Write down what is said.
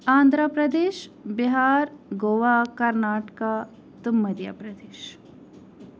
آندرا پردیش بِہار گووا کَرناٹکا تہٕ مدیا پردیش